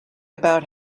about